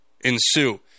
ensue